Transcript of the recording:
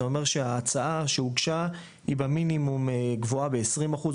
זה אומר שההצעה שהוגשה היא במינימום גבוהה ב-20 אחוז,